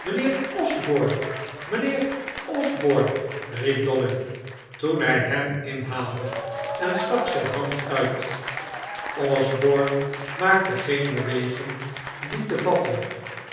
mijnheer osborne mijnheer osborne riep dobbin toen hij hem inhaalde en stak zijn hand uit osborne maakte geen beweging die te vatten